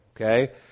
okay